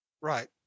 Right